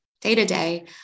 day-to-day